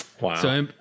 Wow